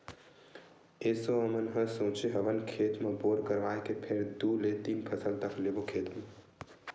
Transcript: एसो हमन ह सोचे हवन खेत म बोर करवाए के फेर दू ले तीन फसल तक लेबो खेत म